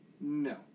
No